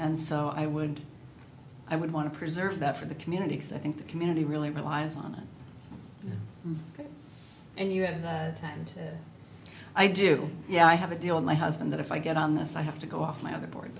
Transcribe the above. and so i would i would want to preserve that for the community as i think the community really relies on it and you at that time and i do yeah i have a deal my husband that if i get on this i have to go off my other board